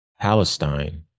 Palestine